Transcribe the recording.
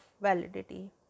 validity